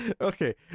okay